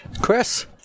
Chris